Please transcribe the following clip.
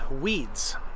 weeds